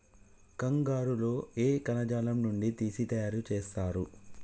కంగారు లో ఏ కణజాలం నుండి తీసి తయారు చేస్తారు?